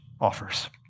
offers